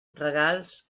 regals